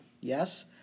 yes